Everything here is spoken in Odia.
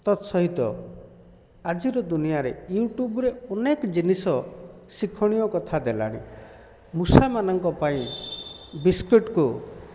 ତତ୍ସହିତ ଆଜିର ଦୁନିଆରେ ୟୁଟ୍ୟୁବ୍ରେ ଅନେକ ଜିନିଷ ଶିକ୍ଷଣୀୟ କଥା ଦେଲାଣି ମୂଷାମାନଙ୍କ ପାଇଁ ବିସ୍କୁଟ୍କୁ